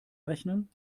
rechnen